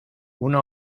una